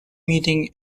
meeting